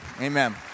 Amen